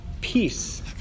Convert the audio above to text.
peace